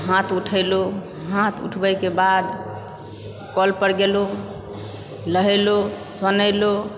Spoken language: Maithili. हाथ उठेलहुँ हाथ उठबैके बाद कल पर गेलहुँ नहेलहुँ सुनलहुँ